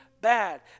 Bad